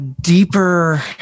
Deeper